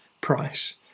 price